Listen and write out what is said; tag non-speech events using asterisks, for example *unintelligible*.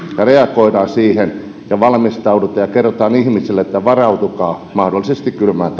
reagoidaan siihen ja valmistaudutaan ja kerrotaan ihmisille että varautukaa mahdollisesti kylmään *unintelligible*